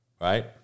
right